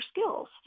skills